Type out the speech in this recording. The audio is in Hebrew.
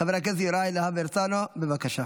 חבר הכנסת יוראי להב הרצנו, בבקשה.